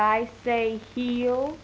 i say he'll